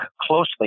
closely